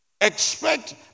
Expect